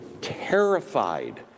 terrified